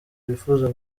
bifuza